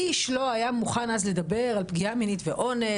איש לא היה מוכן אז לדבר על פגיעה מינית ואונס,